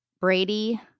Brady